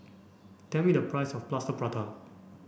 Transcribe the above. tell me the price of Plaster Prata